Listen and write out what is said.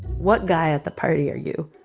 what guy at the party are you?